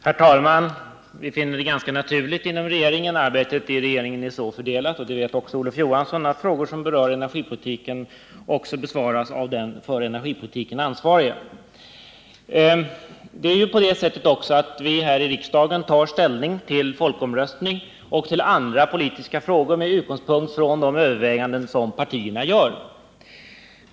Herr talman! Vi finner det inom regeringen ganska naturligt — arbetet i regeringen är så fördelat, och det vet också Olof Johansson —att frågor som rör energipolitiken också besvaras av den som närmast ansvarar för energipolitiken. Här i riksdagen tar vi ställning till folkomröstning och till andra politiska frågor med utgångspunkt i de överväganden som partierna gör.